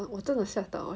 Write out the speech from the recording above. then 我真的吓到 leh